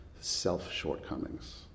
self-shortcomings